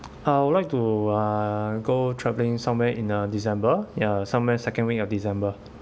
uh I would like to uh go traveling somewhere in uh december ya somewhere second week of december